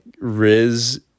Riz